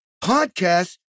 podcast